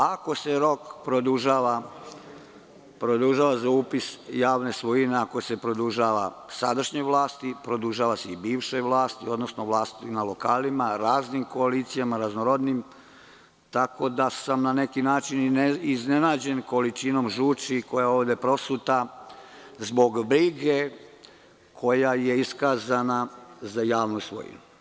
Ako se rok produžava za upis javne svojine, ako se produžava sadašnjoj vlasti, produžava se i bivšoj, odnosno vlasti na lokalima, raznim koalicijama, tako da sam na neki način iznenađen količinom žuči koja je ovde prosuta zbog brige koja je iskazana za javnu svojinu.